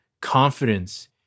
confidence